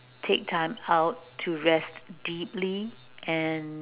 take time out to rest deeply and